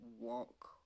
walk